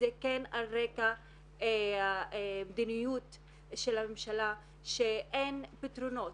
וזה כן על רקע מדיניות של הממשלה שאין פתרונות.